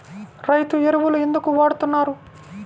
రైతు ఎరువులు ఎందుకు వాడుతున్నారు?